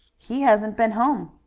he hasn't been home.